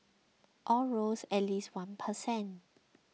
all rose at least one per cent